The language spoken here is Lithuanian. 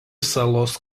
salos